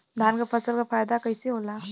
धान क फसल क फायदा कईसे होला?